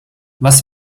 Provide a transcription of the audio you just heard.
was